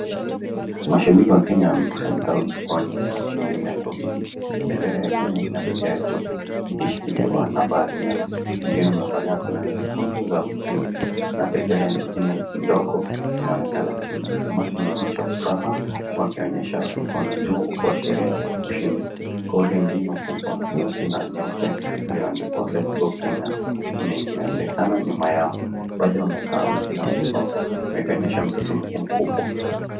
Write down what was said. Mashabiki wa Kenya wamekusanyika jukwani wakishangilia kwa bidii, bendera ya Kenya inapepea juu, ikishikiliwa na baadhi yao. Wengine wamevalia fulana nyekundu za timu, na bendera nyingine ndogo inaonekana chini. Umati unaonyesha furaha, wakionyesha mkono juu kuashiria ushindi. Kauli mbinu kubwa, nyeusi na nyeupe iliyoandikwa lets go Kenya inaonekana nyuma yao. Baadhi wamekaa wengine wamesimama, wanaonyesha msisimuko mkubwa.